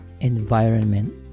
environment